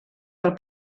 del